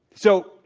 so,